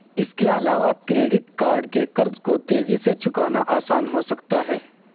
اس کے علاوہ credit card کے قرض کو تیزی سے چکانا آسان ہو سکتا ہے